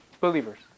believers